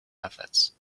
methods